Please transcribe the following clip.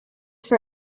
for